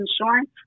insurance